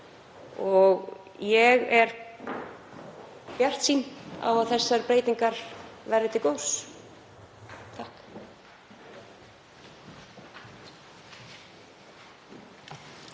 Ég er bjartsýn á að þessar breytingar verði til góðs.